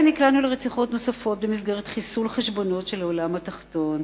נקלענו לרציחות נוספות במסגרת חיסול חשבונות של העולם התחתון".